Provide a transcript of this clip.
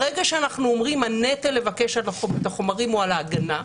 ברגע שאנחנו אומרים שהנטל לבקש את החומרים הוא על ההגנה,